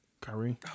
Kyrie